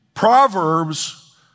Proverbs